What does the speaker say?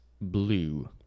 blue